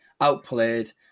outplayed